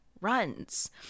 runs